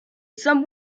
saint